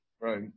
Right